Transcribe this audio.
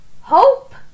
hope